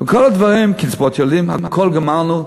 כל הדברים, קצבאות הילדים, הכול גמרנו.